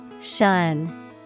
Shun